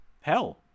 Hell